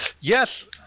Yes